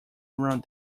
around